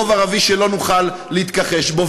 רוב ערבי שלא נוכל להתכחש לו,